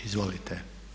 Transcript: Izvolite.